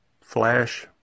flash